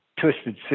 Twisted